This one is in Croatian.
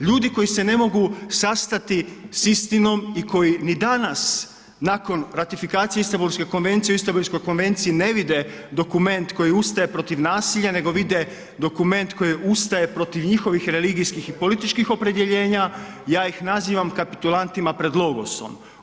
Ljudi koji se ne mogu sastati s istinom i koji ni danas nakon ratifikacije Istambulske konvencije u Istambulskoj konvenciji ne vide dokument koji ustaje protiv nasilja nego vide dokument koji ustaje protiv njihovih religijskih i političkih oblika, ja ih nazivam kapitulantima pred logosom.